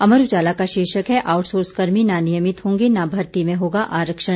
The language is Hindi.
अमर उजाला का शीर्षक है आउटसोर्स कर्मी न नियमित होंगे न भर्ती में होगा आरक्षण